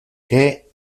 que